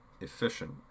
efficient